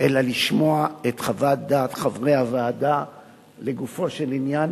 אלא לשמוע את חוות דעת חברי הוועדה לגופו של עניין,